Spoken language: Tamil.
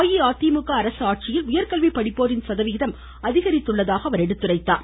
அஇஅதிமுக அரசு ஆட்சியில் உயர்கல்வி படிப்போரின் சதவிகிதம் அதிகரித்துள்ளதாக அவர் குறிப்பிட்டார்